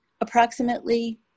approximately